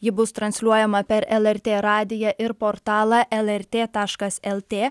ji bus transliuojama per lrt radiją ir portalą lrt taškas lt